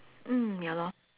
mm ya lor